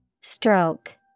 Stroke